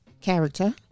character